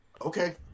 Okay